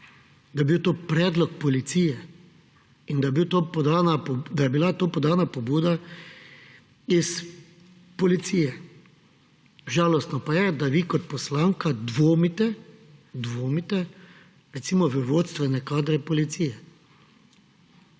daje bil to predlog policije in da je bila podana pobuda iz policije. Žalostno pa je, da vi kot poslanka dvomite, recimo, v vodstvene kadre policije.